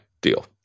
deal